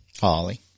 Holly